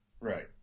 Right